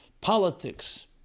politics